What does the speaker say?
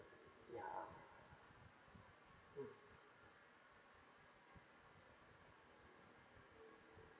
ya mm